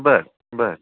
बरं बरं